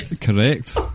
Correct